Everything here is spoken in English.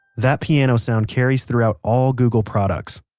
that piano sound carries throughout all google products.